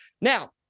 Now